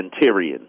Tyrion